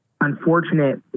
unfortunate